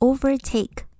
Overtake